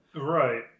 Right